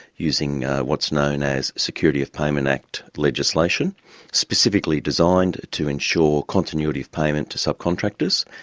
using what's known as security of payment act legislation specifically designed to ensure continuity of payment to subcontractors.